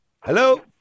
Hello